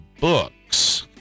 books